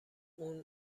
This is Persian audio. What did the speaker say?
اون